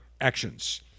actions